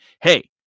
hey